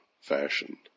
fashion